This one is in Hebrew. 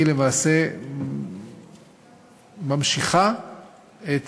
היא למעשה ממשיכה את